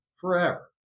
forever